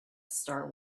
star